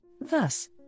Thus